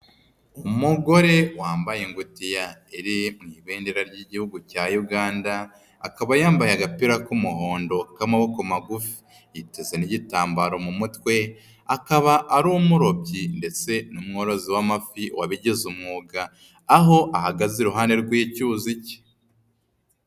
Umugore wambaye ingutiya mu ibendera ry'Igihugu cya Uganda, akaba yambaye agapira k'umuhondo k'amaboko magufi. Yiteze n'igitambaro mu mutwe, akaba ari umurobyi ndetse n'umworozi w'amafi wabigize umwuga. Aho ahagaze iruhande rw'icyuzi ke.